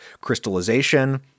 crystallization